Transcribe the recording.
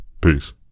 Peace